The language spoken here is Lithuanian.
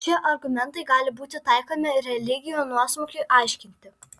šie argumentai gali būti taikomi religijų nuosmukiui aiškinti